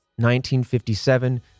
1957